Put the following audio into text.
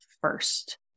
first